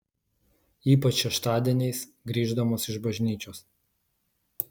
ypač šeštadieniais grįždamos iš bažnyčios